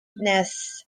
nests